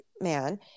man